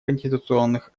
конституционных